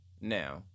Now